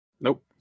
Nope